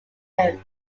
him